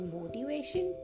motivation